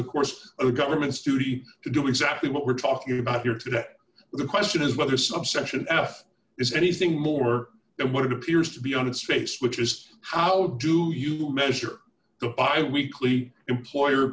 the course of the government's duty to do exactly what we're talking about here today the question is whether subsection f is anything more than what it appears to be on its face which is how do you measure the bi weekly employer